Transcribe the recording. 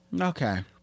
Okay